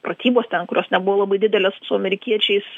pratybos ten kurios nebuvo labai didelės su amerikiečiais